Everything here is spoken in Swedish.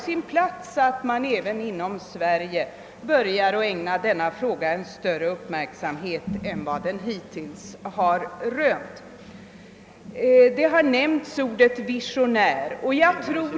Vi borde inom Sverige börja ägna denna fråga större uppmärksamhet än som hittills varit fallet. Man har använt ordet »visionär».